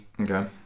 Okay